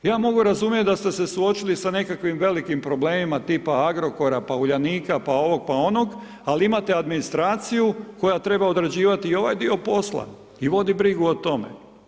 Ja mogu razumjeti da ste se suočili sa nekakvim velikim problemima, tipa Agrokora, pa Uljanika pa ovog, pa onog ali imate administraciju koja treba odrađivati i ovaj dio posla i voditi brigu o tome.